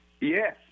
Yes